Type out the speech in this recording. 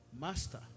Master